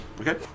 Okay